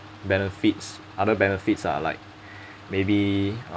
benefits other benefits ah like maybe